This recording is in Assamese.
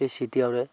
সেই ছিটিয়াওতে